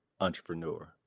entrepreneur